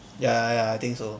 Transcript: ya ya I think so